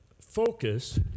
focus